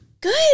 Good